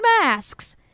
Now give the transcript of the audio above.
masks